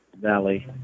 Valley